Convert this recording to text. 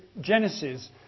Genesis